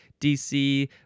DC